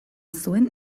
zuen